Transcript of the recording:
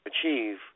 achieve